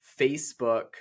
facebook